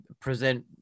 present